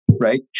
right